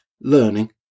learning